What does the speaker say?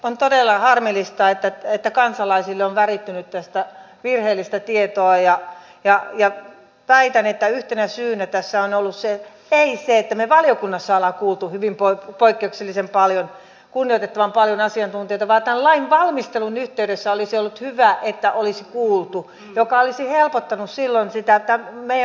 on todella harmillista että kansalaisille on värittynyt tästä virheellistä tietoa ja väitän että yhtenä syynä tässä ei ole ollut se että me valiokunnassa olemme kuulleet hyvin poikkeuksellisen paljon kunnioitettavan paljon asiantuntijoita vaan tämän lain valmistelun yhteydessä olisi ollut hyvä että olisi kuultu mikä olisi helpottanut silloin meidän valiokuntaprosessiakin